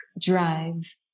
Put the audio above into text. drive